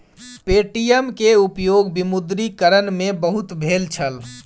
Paytm के उपयोग विमुद्रीकरण में बहुत भेल छल